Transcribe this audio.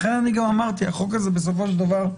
לכן גם אמרתי שהחוק הזה, בסופו של דבר,